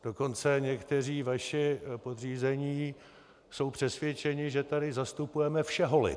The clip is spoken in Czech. Dokonce někteří vaši podřízení jsou přesvědčeni, že tady zastupujeme všeholid.